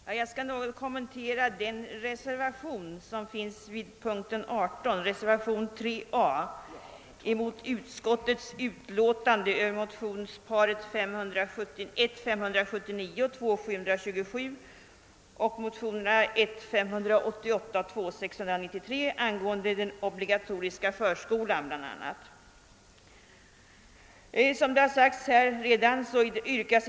Herr talman! Jag skall något kommentera reservationen 3 a vid punkten 18 mot utskottets utlåtande över motionsparen 1:579 och II:727 samt 1:588 och 11:693 angående bl.a. den obligatoriska förskolan.